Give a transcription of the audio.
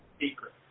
secret